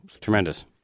tremendous